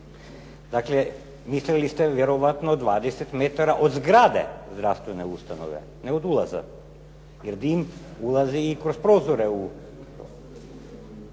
Dakle, mislili ste vjerojatno 20 metara od zgrade zdravstvene ustanove, ne od ulaza, jer dim ulazi i kroz prozore.